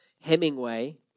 Hemingway